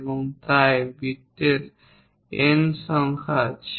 এবং তাই বৃত্তের N সংখ্যা আছে